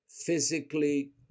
physically